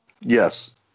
Yes